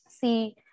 see